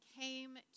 came